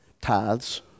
tithes